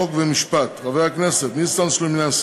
חוק ומשפט: חברי הכנסת ניסן סלומינסקי,